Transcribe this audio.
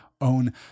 own